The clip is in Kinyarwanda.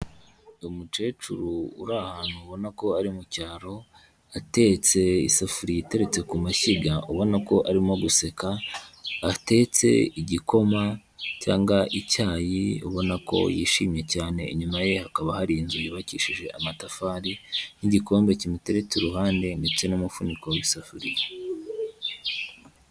Ni umukecuru uri ahantu ubona ko ari mu cyaro atetse isafuriya iteretse ku mashyiga, ubona ko arimo guseka atetse igikoma cyangwa icyayi ubona ko yishimye cyane. Inyuma ye hakaba hari inzu yubakishije amatafari, n'igikombe kimuteretse iruhande ndetse n'umufuniko w'isafuriya.